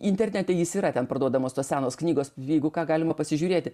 internete jis yra ten parduodamos tos senos knygos jeigu ką galima pasižiūrėti